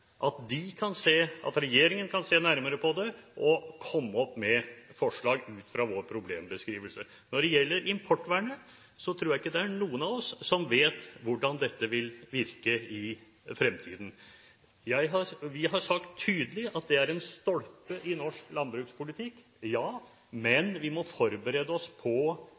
at regjeringen kan se nærmere på det og komme opp med forslag ut fra vår problembeskrivelse. Når det gjelder importvernet, tror jeg ikke det er noen av oss som vet hvordan dette vil virke i fremtiden. Vi har sagt tydelig at det er en stolpe i norsk landbrukspolitikk, men vi må forberede oss på